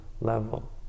level